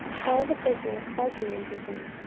paul the prisoner called me unto him,